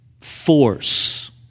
force